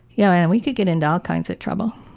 yeah, we could get into all kinds of trouble.